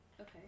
Okay